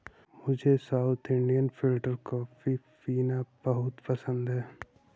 मुझे south Indian filter coffee पीना बहुत पसंद है